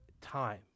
time